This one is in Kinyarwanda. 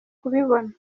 kubibona